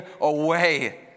away